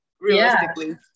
realistically